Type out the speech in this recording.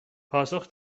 پاسخ